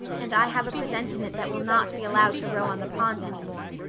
and i have a presentiment that we'll not be allowed to row on the pond any more.